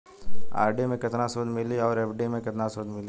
RD मे केतना सूद मिली आउर एफ.डी मे केतना सूद मिली?